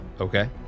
Okay